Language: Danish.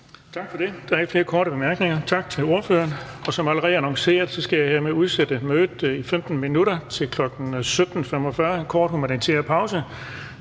Tak for det. Der er ikke flere korte bemærkninger, så tak til ordføreren. Som allerede annonceret skal jeg hermed udsætte mødet i 15 minutter til kl. 17.45. Det er en kort humanitær pause,